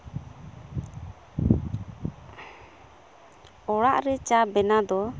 ᱚᱲᱟᱜ ᱨᱮ ᱪᱟ ᱵᱮᱱᱟᱣ ᱫᱚ